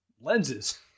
lenses